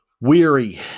weary